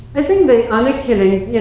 i think the honor killings you know,